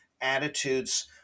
attitudes